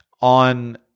on